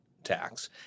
tax